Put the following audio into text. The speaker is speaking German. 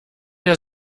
der